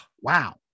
Wow